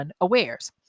unawares